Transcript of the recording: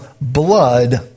blood